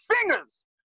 fingers